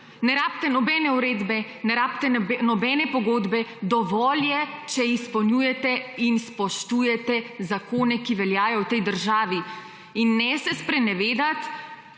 Ne rabite nobene uredbe, ne rabite nobene pogodbe dovolj je, če izpolnjujete in spoštujete zakone, ki veljajo v tej državi. Ne se sprenevedati,